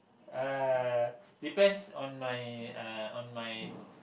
uh depends on my uh on my